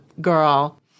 girl